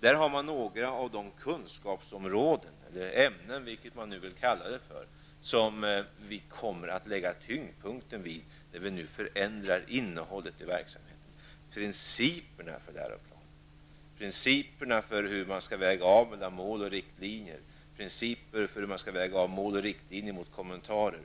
Där har vi några av de kunskapsområden eller ämnen, vilket man nu vill kalla det för, som vi kommer att lägga tyngdpunkten vid när vi förändrar innehållet i verksamheten. Principerna för läroplanen, principerna för hur man skall väga av mellan mål och riktlinjer, principerna för hur man skall väga av mål och riktlinjer mot kommentarer